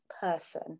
person